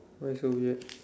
why so weird